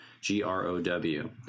G-R-O-W